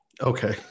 okay